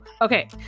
okay